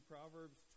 Proverbs